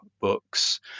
books